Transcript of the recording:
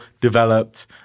developed